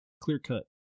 clear-cut